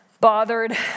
bothered